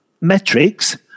metrics